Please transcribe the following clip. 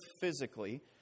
physically